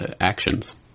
actions